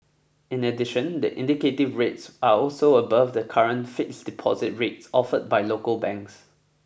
in addition the indicative rates are also above the current fixed deposit rates offered by local banks